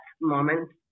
moments